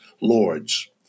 lords